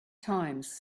times